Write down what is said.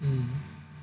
hmm